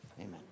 Amen